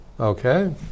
okay